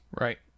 right